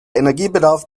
energiebedarf